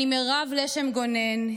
אני מירב לשם גונן,